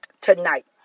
tonight